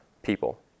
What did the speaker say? people